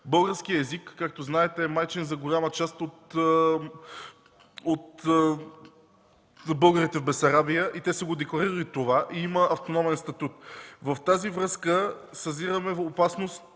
Българският език, както знаете, е майчин за голяма част от българите в Бесарабия и те са декларирали това и имат автономен статут. Във връзка с това съзираме опасност